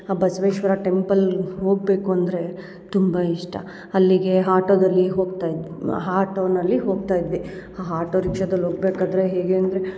ಆ ಬಸವೇಶ್ವರ ಟೆಂಪಲ್ ಹೋಗಬೇಕು ಅಂದರೆ ತುಂಬ ಇಷ್ಟ ಅಲ್ಲಿಗೆ ಹಾಟೋದಲ್ಲಿ ಹೋಗ್ತಾ ಇದ್ದೆವು ಹಾಟೋನಲ್ಲಿ ಹೋಗ್ತಾ ಇದ್ವಿ ಹ ಹಾಟೋ ರಿಕ್ಷದಲ್ಲಿ ಹೋಗಬೇಕಾದ್ರೆ ಹೇಗೆ ಅಂದರೆ